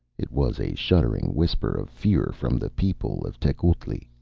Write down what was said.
it was a shuddering whisper of fear from the people of tecuhltli.